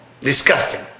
disgusting